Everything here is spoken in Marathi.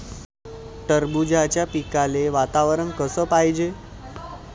टरबूजाच्या पिकाले वातावरन कस पायजे?